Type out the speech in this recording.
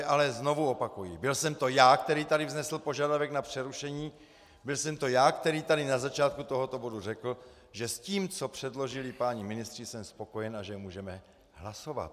Ale znovu opakuji, byl jsem to já, který tady vznesl požadavek na přerušení, byl jsem to já, který tady na začátku tohoto bodu řekl, že s tím, co předložili páni ministři, jsem spokojen a že můžeme hlasovat.